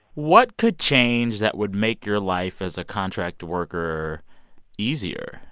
what could change that would make your life as a contract worker easier?